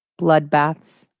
bloodbaths